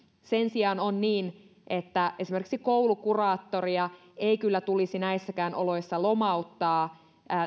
sen sijaan on niin että esimerkiksi koulukuraattoria ei kyllä tulisi näissäkään oloissa lomauttaa